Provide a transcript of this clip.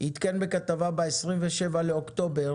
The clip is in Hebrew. עדכון בכתבה ב-27 באוקטובר